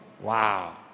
Wow